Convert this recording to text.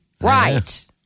Right